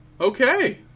Okay